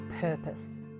purpose